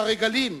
ברגלים,